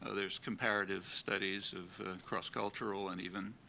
ah there's comparative studies of cross-cultural and even